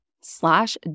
slash